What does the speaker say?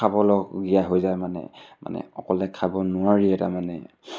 খাবলগীয়া হৈ যায় মানে মানে অকলে খাব নোৱাৰিয়ে তাৰমানে